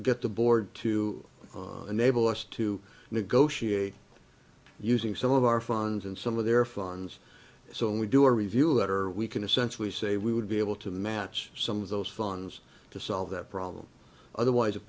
get the board to enable us to negotiate using some of our funds and some of their funds so when we do a review letter we can essentially say we would be able to match some of those funds to solve that problem otherwise it